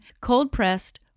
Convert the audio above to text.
cold-pressed